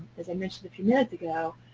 as i mentioned a few minutes ago,